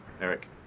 Eric